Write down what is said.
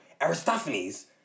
Aristophanes